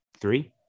three